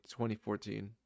2014